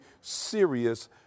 serious